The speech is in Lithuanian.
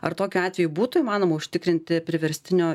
ar tokiu atveju būtų įmanoma užtikrinti priverstinio